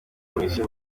komisiyo